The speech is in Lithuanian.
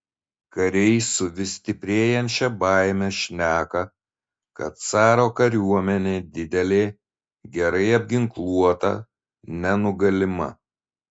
kariai su vis stiprėjančia baime šneka kad caro kariuomenė didelė gerai apginkluota nenugalima